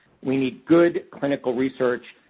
we need good clinical research.